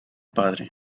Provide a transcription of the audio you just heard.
padre